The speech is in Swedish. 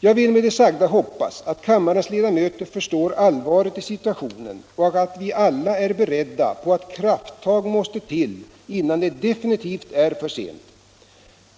Jag vill med det sagda hoppas att kammarens ledamöter förstår allvaret i situationen och att vi alla är beredda på att krafttag måste till innan det definitivt är för sent.